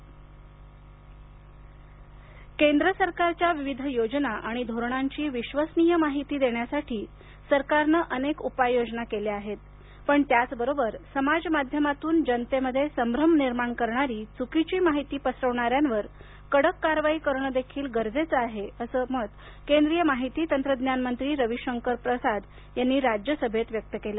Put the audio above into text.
रविशंकर प्रसाद राज्यसभा केंद्र सरकारच्या विविध योजना आणि धोरणांची विश्वसनीय माहिती देण्यासाठी सरकारनं अनेक उपाययोजना केल्या आहेत पण त्याचबरोबर समाज माध्यमातून जनतेमध्ये संभ्रम निर्माण करणारी चुकीची माहिती पसरवणाऱ्यावर कडक कारवाई करण देखील गरजेचं आहे असं केंद्रीय माहिती तंत्रज्ञान मंत्री रविशंकर प्रसाद यांनी आज राज्यसभेत व्यक्त केलं